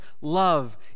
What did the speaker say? love